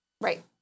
Right